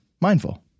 mindful